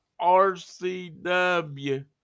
RCW